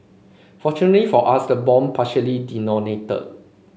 fortunately for us the bomb partially detonated